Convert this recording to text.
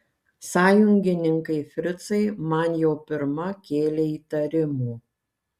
sąjungininkai fricai man jau pirma kėlė įtarimų